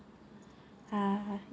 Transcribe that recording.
ah